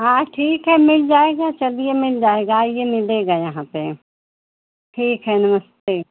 हाँ ठीक है मिल जाएगा चलिए मिल जाएगा आइए मिलेगा यहाँ पर ठीक है नमस्ते